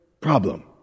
problem